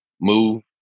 move